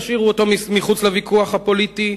תשאירו אותו מחוץ לוויכוח הפוליטי,